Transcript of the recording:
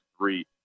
three